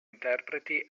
interpreti